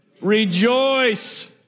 Rejoice